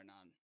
on